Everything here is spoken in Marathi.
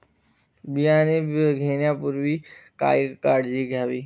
बियाणे घेण्यापूर्वी काय काळजी घ्यावी?